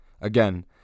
Again